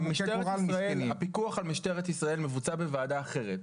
במשטרת ישראל הפיקוח נמצא בוועדה אחרת.